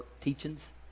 teachings